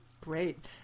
Great